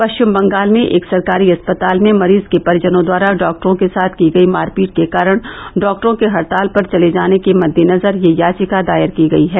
पश्चिम बंगाल में एक सरकारी अस्पताल में मरीज के परिजनों द्वारा डॉक्टरों के साथ की गई मारपीट के कारण डॉक्टरों के हड़ताल पर चले जाने के मद्देनजर यह याचिका दायर की गई है